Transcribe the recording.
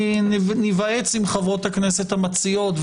ניוועץ עם חברות הכנסת המציעות.